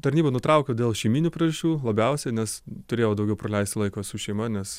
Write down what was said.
tarnybą nutraukiau dėl šeiminių priežasčių labiausiai nes turėjau daugiau praleisti laiko su šeima nes